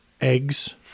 eggs